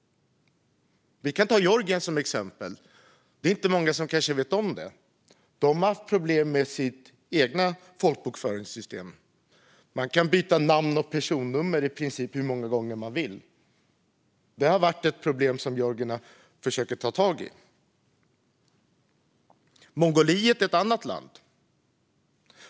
Vi kan ta Georgien som exempel. Det är kanske inte många som vet om detta, men de har haft problem med sitt folkbokföringssystem. Man kan byta namn och personnummer i princip hur många gånger man vill. Detta är ett problem som georgierna försöker att ta tag i. Mongoliet är ett annat exempel.